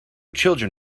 children